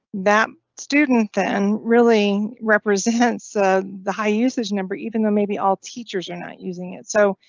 that student then really represents the high usage number, even though maybe all teachers are not using it so.